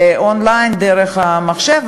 און-ליין דרך המחשב,